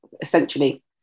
essentially